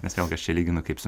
nes vėlgi aš čia lyginu kaip su